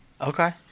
Okay